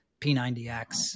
P90X